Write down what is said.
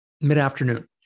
mid-afternoon